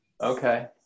Okay